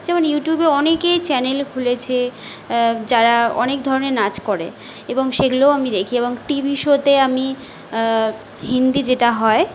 যেমন ইউটিউবে অনেকেই চ্যানেল খুলেছে যারা অনেক ধরনের নাচ করে এবং সেগুলোও আমি দেখি এবং টিভি শোতে আমি হিন্দি যেটা হয়